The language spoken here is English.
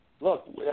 look